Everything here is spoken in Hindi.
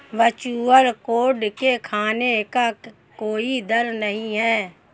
वर्चुअल कार्ड के खोने का कोई दर नहीं है